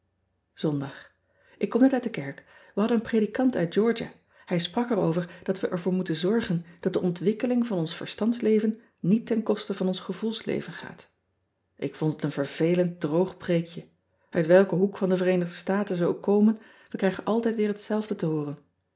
ondag k kom net uit de kerk e hadden een predikant uit eorgia ij sprak er over dat wij ervoor moeten zorgen dat de ontwikkeling van ons verstandsleven niet ten koste van ons gevoelsleven gaat k vond het een vervelend droog preekje it welken hoek van de ereenigde taten ze ook komen we krijgen altijd weer hetzelfde te hooren